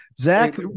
Zach